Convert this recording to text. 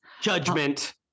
judgment